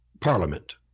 parliament